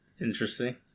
interesting